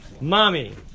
mommy